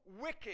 wicked